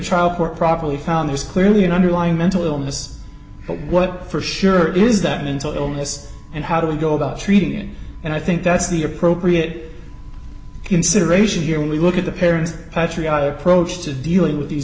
court properly found was clearly an underlying mental illness but what for sure is that mental illness and how do we go about treating it and i think that's the appropriate consideration here when we look at the parents patriotic approach to dealing with these